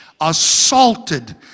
assaulted